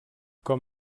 com